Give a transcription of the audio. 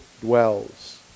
dwells